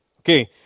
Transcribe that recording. Okay